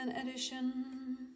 edition